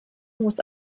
muss